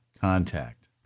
contact